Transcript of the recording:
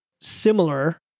similar